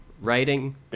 writing